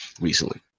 recently